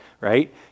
right